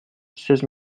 seize